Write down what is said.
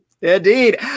Indeed